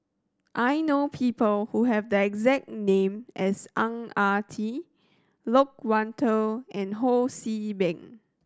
I know people who have the exact name as Ang Ah Tee Loke Wan Tho and Ho See Beng